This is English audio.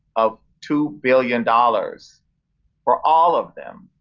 of two billion dollars for all of them.